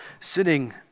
Sitting